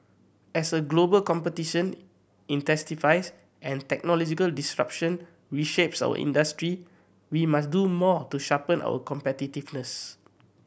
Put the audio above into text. as a global competition intensifies and technological disruption reshapes our industry we must do more to sharpen our competitiveness